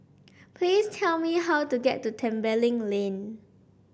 please tell me how to get to Tembeling Lane